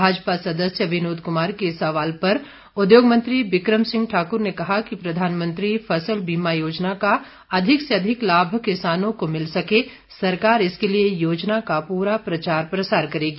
भाजपा सदस्य विनोद कुमार के सवाल पर उद्योग मंत्री बिक्रम सिंह ठाकुर ने कहा कि प्रधानमंत्री फसल बीमा योजना का अधिक से अधिक लाभ किसानों को मिल सके सरकार इसके लिए योजना का पूरा प्रचार प्रसार करेगी